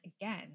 again